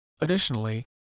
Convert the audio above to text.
Additionally